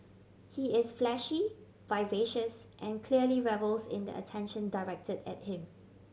he is flashy vivacious and clearly revels in the attention directed at him